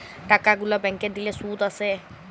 টাকা গুলা ব্যাংকে দিলে শুধ আসে